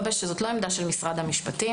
זו לא עמדה של משרד המשפטים.